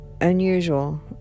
unusual